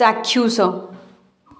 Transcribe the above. ଚାକ୍ଷୁସ